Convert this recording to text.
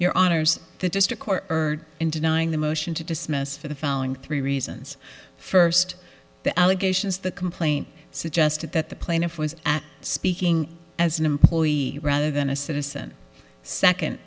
your honour's the district court heard in denying the motion to dismiss for the following three reasons first the allegations the complaint suggested that the plaintiff was speaking as an employee rather than a citizen second